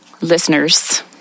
listeners